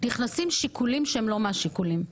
נכנסים שיקולים שהם לא מהשיקולים.